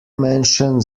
menschen